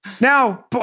Now